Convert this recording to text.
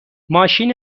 ماشین